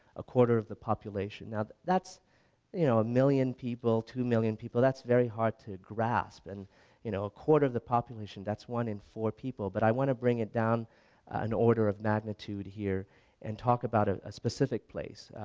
a quarter of the population. now that's you know a milion people, two million people that's very hard to grasp and you know a quarter of the population, that's one in four people but i want to bring it down in and order of magnitude here and talk about a specific place,